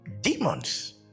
demons